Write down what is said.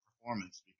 performance